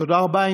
תודה רבה.